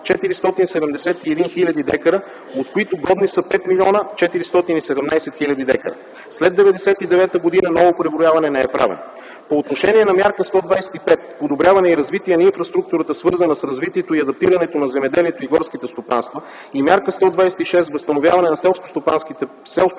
471 хил. дка, от които годни са 5 млн. 417 хил. дка. След 1999 г. ново преброяване не е правено. По отношение на мярка 125 „Подобряване и развитие на инфраструктурата, свързана с развитието и адаптирането на земеделието и горските стопанства” и Мярка 126 „Възстановяване на селскостопански